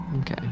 Okay